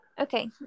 Okay